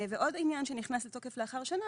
ועוד עניין שנכנס לתוקף לאחר שנה,